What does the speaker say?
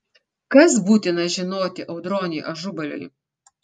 kas būtina žinoti audroniui ažubaliui